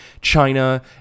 China